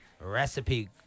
recipe